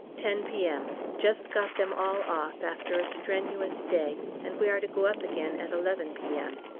ten p m just got them all off after a strenuous day, and we are to go up again at eleven p m.